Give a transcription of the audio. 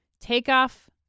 Takeoff